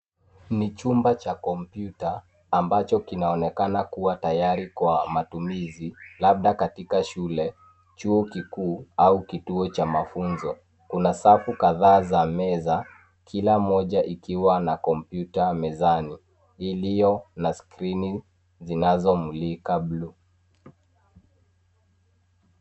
Ni chumba cha kompyuta ambacho kinaonekana kuwa tayari kwa matumizi labda katika shule, chuo kikuu au kituo cha mafunzo. Kuna safu kadhaa za meza kila moja ikiwa na kompyuta mezani iliyo na skrini zinazomulika.